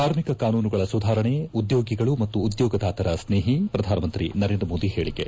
ಕಾರ್ಮಿಕ ಕಾನೂನುಗಳ ಸುಧಾರಣೆ ಉದ್ಲೋಗಿಗಳು ಮತ್ತು ಉದ್ಲೋಗದಾತರ ಸ್ನೇಹಿ ಪ್ರಧಾನಮಂತ್ರಿ ನರೇಂದ್ರಮೋದಿ ಹೇಳಿಕೆ